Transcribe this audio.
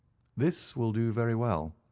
this will do very well.